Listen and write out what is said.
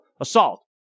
assault